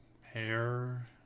hair